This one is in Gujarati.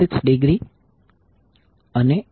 8°છે